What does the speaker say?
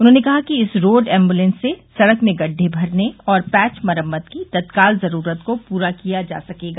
उन्होंने कहा कि इस रोड ऐम्बूलेंस से सड़क में गढ़ढे भरने और पैच मरम्मत की तत्काल जरूरत को पूरा किया जा सकेगा